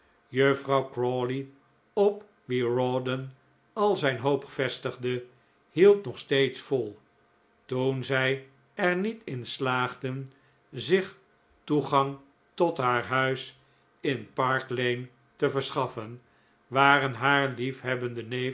juffrouw crawley op wie rawdon al zijn hoop vestigde hield nog steeds vol toen zij er niet in slaagden zich toegang tot haar huis in park lane te verschaffen waren haar liefhebbende